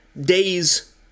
day's